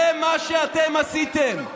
זה מה שאתם עשיתם.